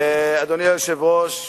אדוני היושב-ראש,